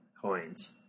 coins